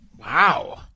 Wow